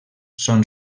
són